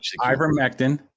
ivermectin